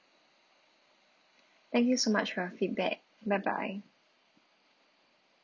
thank you so much for your feedback bye bye